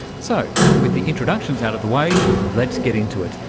so, with the introductions out of the way, let's get into it.